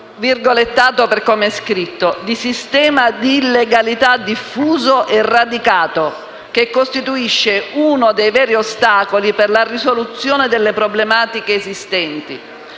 infatti, si parla diffusamente di sistema di illegalità diffuso e radicato che costituisce uno dei veri ostacoli per la risoluzione delle problematiche esistenti,